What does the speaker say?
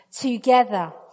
together